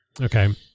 Okay